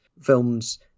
films